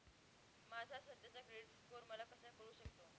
माझा सध्याचा credit score मला कसा कळू शकतो?